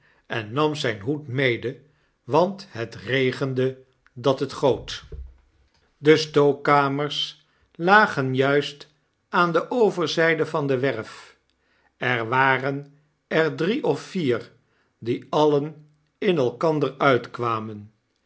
en nam zyn hoed mede want het regende dat het goot de stookkamers lagen juist aan de overzyde van de werf er waren er drie of vier die alien in elkander uitkwaroen